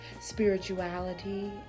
spirituality